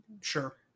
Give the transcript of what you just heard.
sure